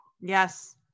Yes